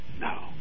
No